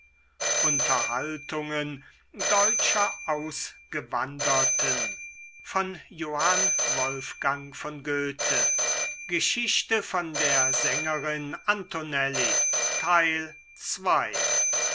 folgenden worten an geschichte von der sängerin antonelli